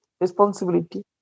responsibility